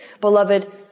beloved